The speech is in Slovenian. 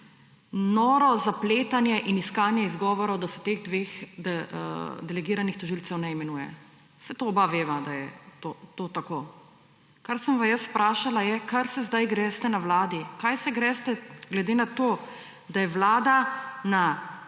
Noro zapletanje in iskanje izgovorov, da se teh dveh delegiranih tožilcev ne imenuje. Saj oba veva, da je to tako. Kar sem vas jaz vprašala, je, kaj se zdaj greste na Vladi, kaj se greste glede na to, da je Vlada